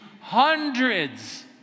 hundreds